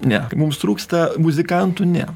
ne mums trūksta muzikantų ne